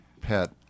pet